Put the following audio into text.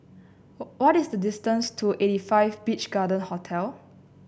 what is the distance to eighty five Beach Garden Hotel